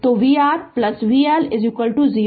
तो vR vL 0